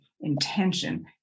intention